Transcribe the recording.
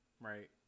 Right